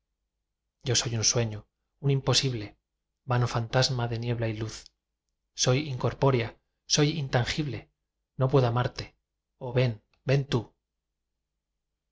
yo soy un sueño un imposible vano fantasma de niebla y luz soy incorpórea soy intangible no puedo amarte oh ven ven tú